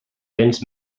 vens